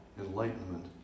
enlightenment